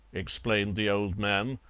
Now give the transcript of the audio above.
explained the old man,